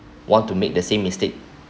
want to make the same mistake